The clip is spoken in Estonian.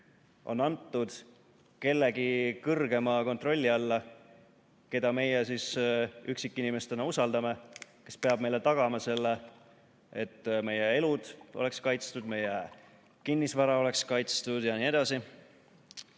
on antud kellegi kõrgema kontrolli alla, keda meie üksikinimestena usaldame, kes peab tagama selle, et meie elud oleksid kaitstud, meie kinnisvara oleks kaitstud jne.